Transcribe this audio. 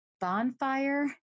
bonfire